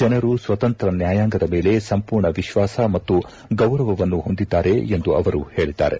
ಜನರು ಸ್ವತಂತ್ರ ನ್ಯಾಯಾಂಗದ ಮೇಲೆ ಸಂಪೂರ್ಣ ವಿಶ್ವಾಸ ಮತ್ತು ಗೌರವವನ್ನು ಹೊಂದಿದ್ದಾರೆ ಎಂದು ಅವರು ಹೇಳಿದ್ದಾರೆ